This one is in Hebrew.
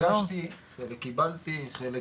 ביקשתי וקיבלתי חלק,